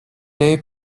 day